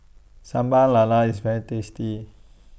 Sambal Lala IS very tasty